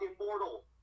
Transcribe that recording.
Immortal